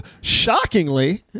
shockingly